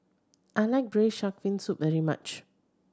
I like Braised Shark Fin Soup very much